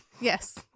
Yes